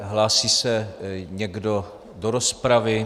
Hlásí se někdo do rozpravy?